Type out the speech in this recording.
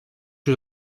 yüz